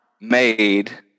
made